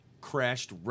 crashed